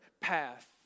path